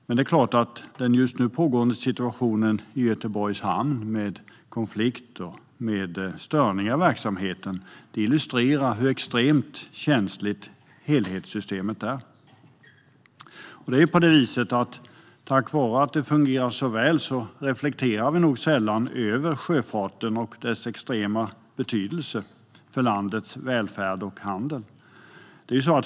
Det är klart att den just nu pågående situationen i Göteborgs hamn, med konflikt och störningar i verksamheten, illustrerar hur extremt känsligt helhetssystemet är. Tack vare att det fungerar så väl reflekterar vi nog sällan över sjöfarten och dess stora betydelse för landets välfärd och handel.